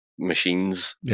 machines